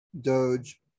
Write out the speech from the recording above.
Doge